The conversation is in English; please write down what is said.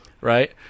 right